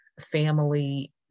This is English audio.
family